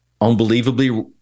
unbelievably